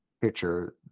picture